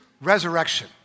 resurrection